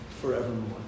forevermore